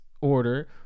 order